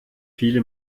viele